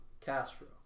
Castro